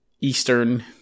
eastern